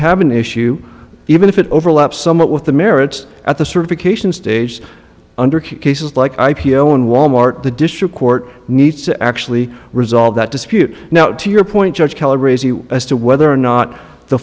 have an issue even if it overlaps somewhat with the merits at the certification stage under cases like i p o and wal mart the district court needs to actually resolve that dispute now to your point judge calories as to whether or not the